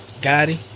Gotti